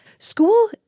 School